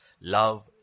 love